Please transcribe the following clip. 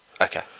Okay